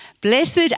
Blessed